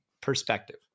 perspective